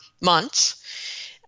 months